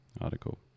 article